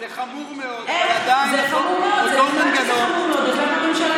זה חמור מאוד, אבל עדיין זה אותו מנגנון, איך?